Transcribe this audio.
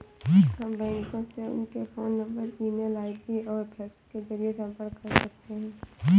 हम बैंकों से उनके phone number email ID और फैक्स के जरिए संपर्क कर सकते हैं